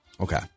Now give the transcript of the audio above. Okay